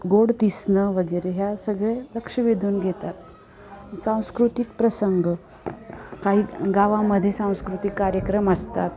गोड दिसणं वगैरे ह्या सगळे लक्ष वेधून घेतात सांस्कृतिक प्रसंग काही गावामध्ये सांस्कृतिक कार्यक्रम असतात